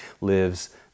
lives